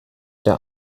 der